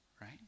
Right